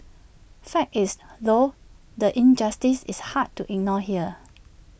fact is though the injustice is hard to ignore here